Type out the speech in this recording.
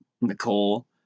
Nicole